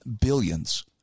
billions